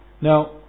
Now